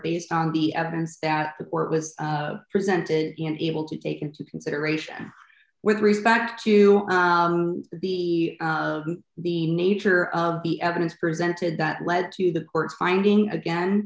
based on the evidence that the court was presented and able to take into consideration with respect to the the nature of the evidence presented that led to the court's finding again